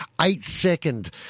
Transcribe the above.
eight-second